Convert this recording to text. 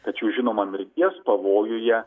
tačiau žinoma mirties pavojuje